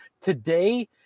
today